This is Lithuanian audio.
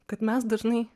kad mes dažnai